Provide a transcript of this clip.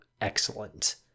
excellent